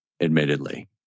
admittedly